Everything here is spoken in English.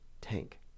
tank